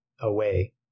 away